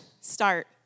start